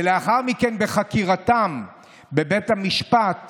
ולאחר מכן בחקירתם בבית המשפט